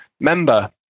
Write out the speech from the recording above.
member